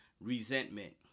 resentment